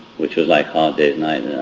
which was like hard day's night,